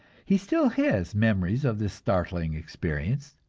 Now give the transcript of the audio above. he still has memories of this startling experience,